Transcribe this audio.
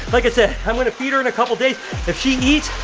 like i said i'm gonna feed her in a couple days if she eats,